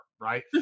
right